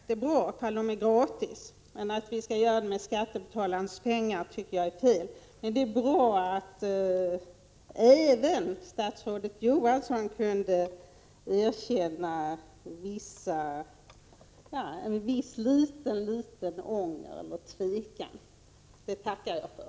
Herr talman! Burleska skämt är nog bra, ifall de är gratis. Att använda skattebetalarnas pengar till sådant tycker jag är fel. Men det är bra att även statsrådet Johansson kunde erkänna något av tveksamhet inför detta. Det tackar jag för.